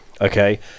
okay